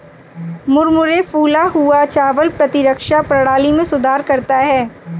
मुरमुरे फूला हुआ चावल प्रतिरक्षा प्रणाली में सुधार करता है